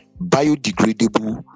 biodegradable